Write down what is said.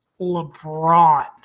LeBron